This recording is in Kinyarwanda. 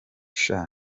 sha